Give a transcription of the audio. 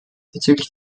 bezüglich